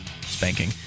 spanking